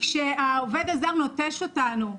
כשהעובד הזר נוטש אותנו,